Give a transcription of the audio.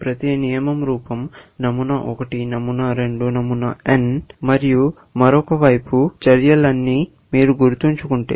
ప్రతి నియమం రూపం నమూనా 1 నమూనా 2 నమూనా n మరియు మరొక వైపు కొన్ని చర్యలని మీరు గుర్తుంచుకుంటే